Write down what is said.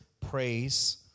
praise